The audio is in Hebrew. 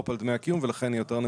זכאי לקבל סיוע